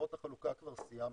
לחברות החלוקה כבר סיימנו,